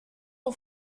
aux